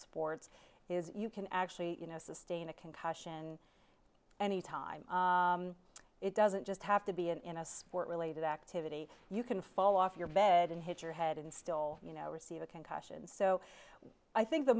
sports is you can actually you know sustain a concussion anytime it doesn't just have to be and in a sport related activity you can fall off your bed and hit your head and still receive a concussion so i think the